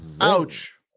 Ouch